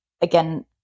again